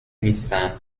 نیستم